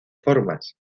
formas